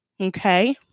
okay